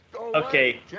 okay